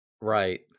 Right